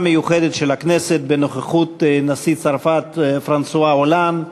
מיוחדת של הכנסת בנוכחות נשיא צרפת פרנסואה הולנד.